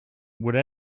would